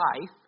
life